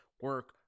Work